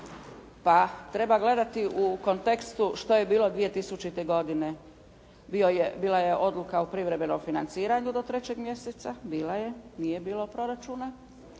pa treba gledati u kontekstu što je bilo 2000. godine bila je odluka o privremenom financiranju do 3 mjeseca, bila je, nije bilo proračuna.